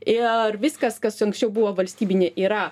ir viskas kas anksčiau buvo valstybinė yra